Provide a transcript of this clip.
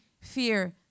fear